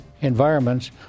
environments